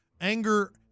anger